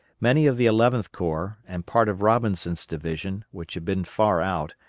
many of the eleventh corps, and part of robinson's division, which had been far out,